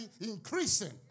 increasing